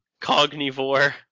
Cognivore